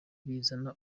bizana